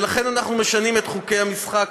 ולכן אנחנו משנים את חוקי המשחק,